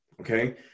Okay